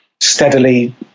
steadily